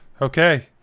Okay